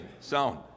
sound